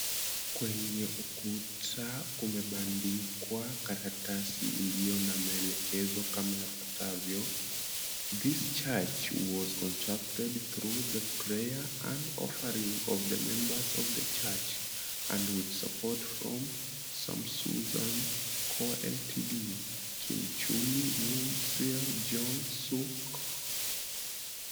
Kwenye ukuta kumebandikwa karatasi iliyo na maelekezo kama yafuatavyo, "This church was constructed through the prayer and the offerings of the members of the church and with support from Samosusan Co., Ltd. "